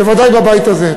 בוודאי בבית הזה.